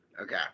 okay